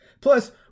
Plus